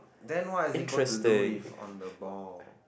then what are they going to do with on the ball